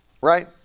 right